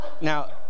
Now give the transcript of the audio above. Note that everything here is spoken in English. Now